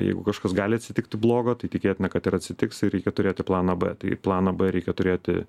jeigu kažkas gali atsitikti blogo tai tikėtina kad ir atsitiks ir reikia turėti planą b tai planą b reikia turėti